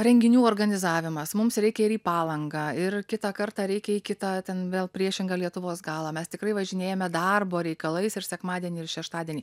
renginių organizavimas mums reikia ir į palangą ir kitą kartą reikia į kitą ten vėl priešingą lietuvos galą mes tikrai važinėjame darbo reikalais ir sekmadienį ir šeštadienį